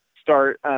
start